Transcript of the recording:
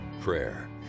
prayer